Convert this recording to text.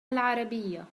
العربية